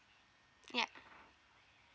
ya